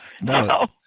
No